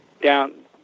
down